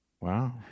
Wow